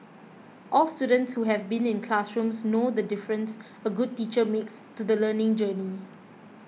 all students who have been in classrooms know the difference a good teacher makes to the learning journey